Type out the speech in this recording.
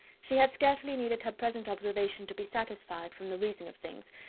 she had scarcely needed her present observation to be satisfied, from the reason of things,